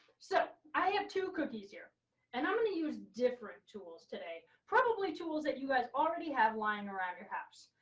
so i have two cookies here and i'm going to use different tools today. probably tools that you guys already have lying around your house.